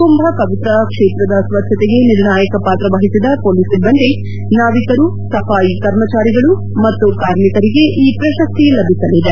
ಕುಂಭ ಪವಿತ್ರ ಕ್ಷೇತ್ರದ ಸ್ವಚ್ದತೆಗೆ ನಿರ್ಣಾಯಕ ಪಾತ್ರ ವಹಿಸಿದ ಪೊಲೀಸ್ ಸಿಬ್ಬಂದಿ ನಾವಿಕರು ಸಫಾಯಿ ಕರ್ಮಚಾರಿಗಳು ಮತ್ತು ಕಾರ್ಮಿಕರಿಗೆ ಈ ಪ್ರಶಸ್ತಿ ಲಭಿಸಲಿದೆ